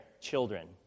children